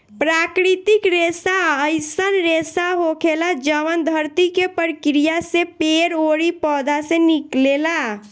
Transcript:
प्राकृतिक रेसा अईसन रेसा होखेला जवन धरती के प्रक्रिया से पेड़ ओरी पौधा से निकलेला